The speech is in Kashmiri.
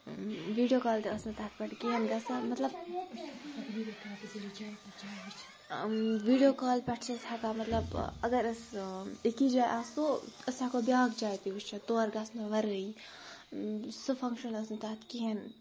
ویٖڈیو کال تہِ ٲس نہٕ تَتھ پٮ۪ٹھ کِہیٖنۍ گژھان مطلب ویٖڈیو کالہِ پٮ۪ٹھ چھِ أسۍ ہٮ۪کان مطلب اگر أسۍ أکی جاے آسو أسۍ ہٮ۪کو بیٛاکھ جاے تہٕ وٕچھِتھ تور گژھنہٕ وَرٲیی سُہ فنٛگشَن اوس نہٕ تَتھ کِہیٖنۍ